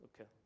Okay